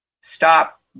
stop